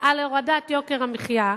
על הורדת יוקר המחיה,